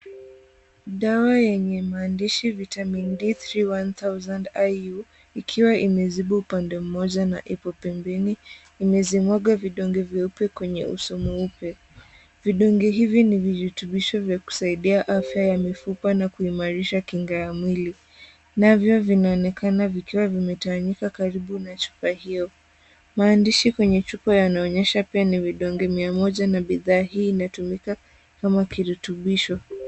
Dawa yenye maandishi, Vitamini d3 1000 iu, ikiwa imezibwa upande mmoja na ipo pembeni. Imezimwaga vidonge vyeupe kwenye uso mweupe. Vidonge hivi ni virutubisho vya kusaidia afya ya mifupa na kuimarisha kinga ya mwili. Navyo vinaonekana vikiwa vimetawanyika karibu na chupa hiyo. Maandishi kwenye chupa yameonyesha pia ni vidonge mia moja, na bidhaa hii inatumika kama kirutubisho.